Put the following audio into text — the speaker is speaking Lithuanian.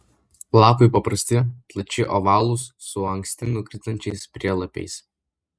lapai paprasti plačiai ovalūs su anksti nukrintančiais prielapiais